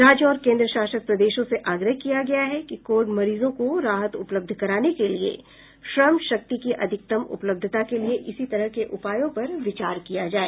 राज्यों और केन्द्र शासित प्रदेशों से आग्रह किया गया है कि कोविड मरीजों को राहत उपलब्ध कराने के लिए श्रम शक्ति की अधिकतम उपलब्धता के लिए इसी तरह के उपायों पर विचार किया जाए